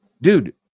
dude